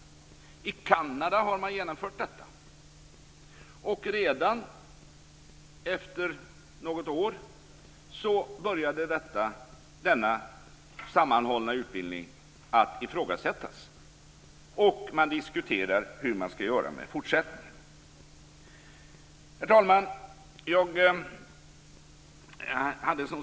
I Kanada har denna utbildning genomförts. Redan efter något år började denna sammanhållna utbildning att ifrågasättas. Man diskuterar nu hur man skall göra i fortsättningen. Fru talman!